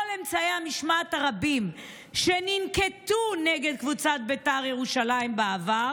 כל אמצעי המשמעת הרבים שננקטו נגד קבוצת בית"ר ירושלים בעבר,